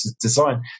design